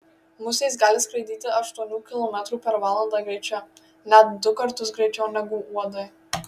musės gali skraidyti aštuonių kilometrų per valandą greičiu net du kartus greičiau negu uodai